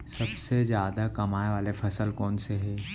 सबसे जादा कमाए वाले फसल कोन से हे?